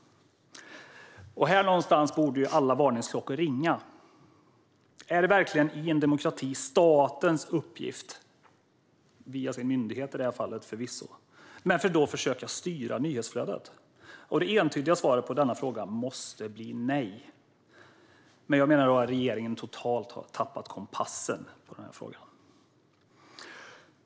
Här någonstans borde alla varningsklockor ringa. Är det verkligen i en demokrati statens uppgift, förvisso via en myndighet i det här fallet, att försöka styra nyhetsflödet? Det entydiga svaret på denna fråga måste bli nej. Jag menar att regeringen totalt har tappat kompassen när det gäller den här frågan.